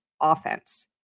offense